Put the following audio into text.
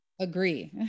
Agree